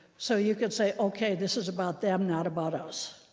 so you could say, ok, this is about them, not about us.